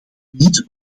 niet